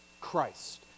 Christ